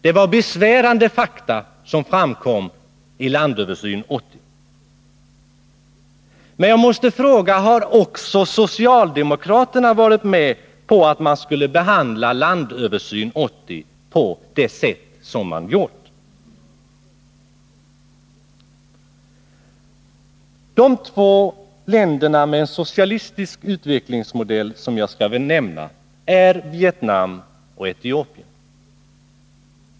Det var besvärande fakta som framkom i Landöversyn 80 men jag måste fråga: Har också socialdemokraterna varit med på att man skulle behandla Landöversyn 80 på det sätt som man har gjort? De två länder med en socialistisk utvecklingsmodell som jag skall nämna är Vietnam och Etiopien.